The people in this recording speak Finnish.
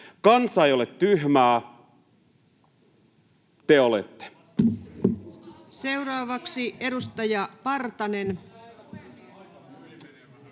Kansa ei ole tyhmää — te olette.